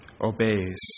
obeys